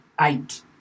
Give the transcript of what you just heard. eight